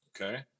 Okay